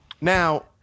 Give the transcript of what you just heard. Now